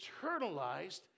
internalized